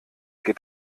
geht